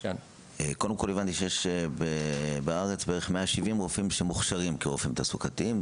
קודם כל הבנתי שיש בארץ בערך 170 רופאים שמוכשרים כרופאים תעסוקתיים.